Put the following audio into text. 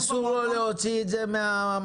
אסור לו להוציא את זה מהמקום.